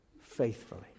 faithfully